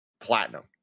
platinum